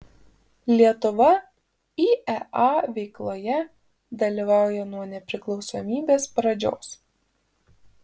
lietuva iea veikloje dalyvauja nuo nepriklausomybės pradžios